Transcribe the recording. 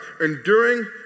enduring